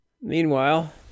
Meanwhile